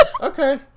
okay